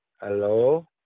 Hello